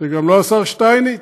וגם לא השר שטייניץ,